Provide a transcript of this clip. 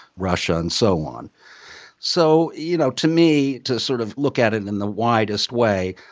russia and so on so you know, to me, to sort of look at it in the widest way,